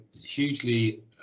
hugely